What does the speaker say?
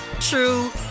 true